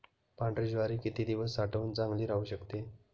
पांढरी ज्वारी किती दिवस साठवून चांगली राहू शकते?